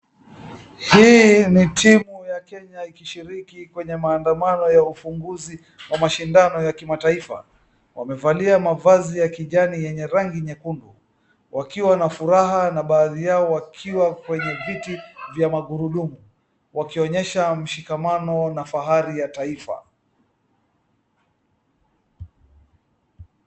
Hii ni timu ya Kenya ikishiriki kwenye maandamano ya ufunguzi wa mashindano ya kimataifa. Wamevalia mavazi ya kijani yenye rangi nyekundu, wakiwa na furaha na baadhi yao wakiwa kwenye viti vya magurudumu wakionyesha mshikamano na fahari ya taifa.